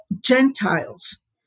Gentiles